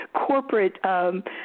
corporate